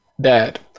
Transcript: Dad